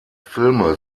filme